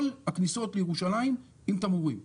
כל הכניסות לירושלים עם תמרורים.